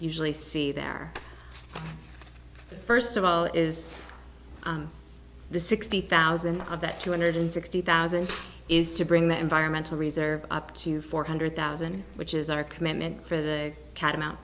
usually see there first of all is the sixty thousand of that two hundred sixty thousand is to bring the environmental reserve up to four hundred thousand which is our commitment for the catamount